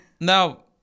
Now